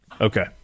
Okay